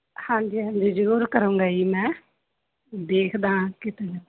ਹਾਂਜੀ ਹਾਂਜੀ ਜ਼ਰੂਰ ਕਰੂੰਗਾ ਜੀ ਮੈਂ ਦੇਖਦਾ